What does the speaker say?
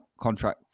Contract